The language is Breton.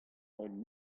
hon